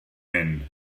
hyn